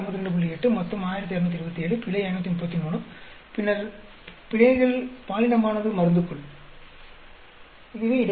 8 மொத்தம் 1627 பிழை 533 பின்னர் பிழைகள் பாலினமானது மருந்துக்குள் இதுவே இடைவினை